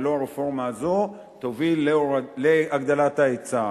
ולא הרפורמה הזאת תוביל להגדלת ההיצע.